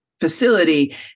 facility